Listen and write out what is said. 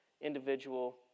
individual